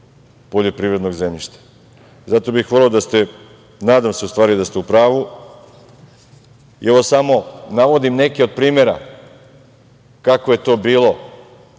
poljoprivrednog zemljišta. Zato bih voleo da ste, nadam se u stvari da ste u pravu, i ovo samo navodim neke od primera kako je to bilo